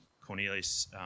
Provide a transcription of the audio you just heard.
Cornelius